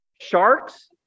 Sharks